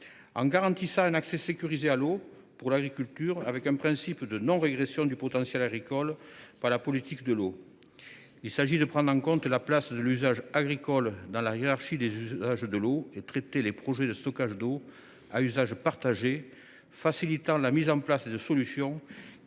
garantit un accès sécurisé à l’eau pour l’agriculture avec l’inscription dans la loi d’un principe de non régression du potentiel agricole par la politique de l’eau. Il s’agit de prendre en compte la place de l’usage agricole dans la hiérarchie des usages de la ressource et de traiter les projets de stockage d’eau à usage partagé, facilitant ainsi la mise en place de solutions